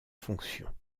fonctions